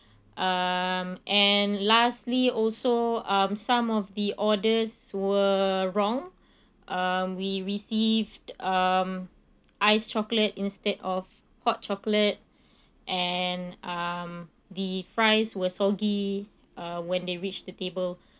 um and lastly also um some of the orders were wrong um we received um ice chocolate instead of hot chocolate and um the fries were soggy uh when they reached the table